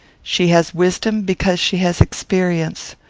she has wisdom, because she has experience.